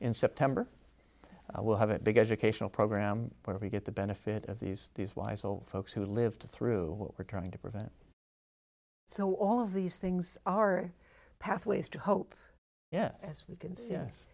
in september we'll have a big educational program where we get the benefit of these these wise old folks who lived through what we're trying to prevent so all of these things are pathways to hope yeah as you can